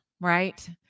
right